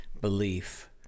belief